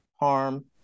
harm